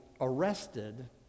arrested